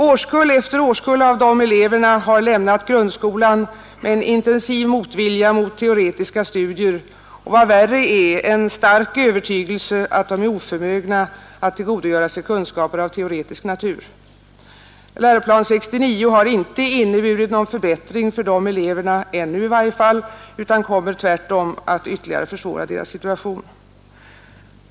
ÄÅrskull efter årskull av dessa elever har lämnat grundskolan med intensiv motvilja mot teoretiska studier — och vad värre är: en stark övertygelse att de är oförmögna att tillgodogöra sig kunskaper av teoretisk natur. 1969 års läroplan för grundskolan har i varje fall inte ännu inneburit någon förbättring för dessa elever utan kommer tvärtom att ytterligare försvåra deras situation.